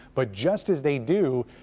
but just as they do.